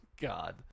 God